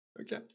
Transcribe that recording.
okay